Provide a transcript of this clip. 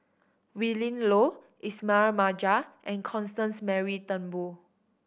Willin Low Ismail Marjan and Constance Mary Turnbull